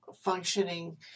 functioning